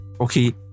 Okay